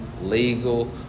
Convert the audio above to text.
legal